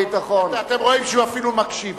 אתם רואים שהוא אפילו מקשיב.